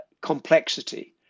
complexity